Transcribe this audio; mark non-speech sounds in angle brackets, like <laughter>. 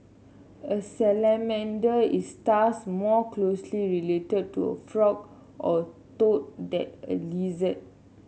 a salamander is thus more closely related to a <unintelligible> or toad that a lizard